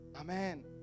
Amen